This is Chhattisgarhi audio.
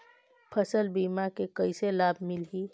फसल बीमा के कइसे लाभ मिलही?